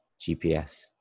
GPS